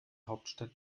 hauptstadt